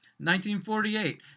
1948